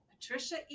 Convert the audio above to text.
Patricia